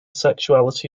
sexuality